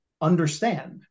understand